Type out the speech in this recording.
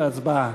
הצבעה.